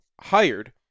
hired